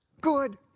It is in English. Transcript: Good